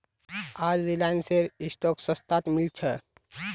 आज रिलायंसेर स्टॉक सस्तात मिल छ